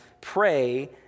pray